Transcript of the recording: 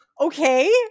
okay